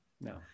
No